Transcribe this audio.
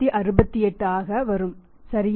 2068 ஆக வரும் சரியா